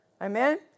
Amen